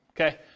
okay